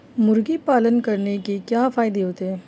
मुर्गी पालन करने से क्या फायदा होता है?